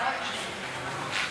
של חברת הכנסת שולי מועלם